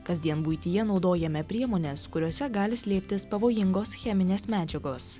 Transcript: kasdien buityje naudojame priemones kuriose gali slėptis pavojingos cheminės medžiagos